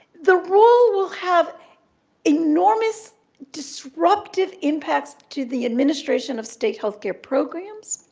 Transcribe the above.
the rule will have enormous disruptive impacts to the administration of state health care programs.